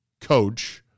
coach